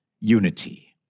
unity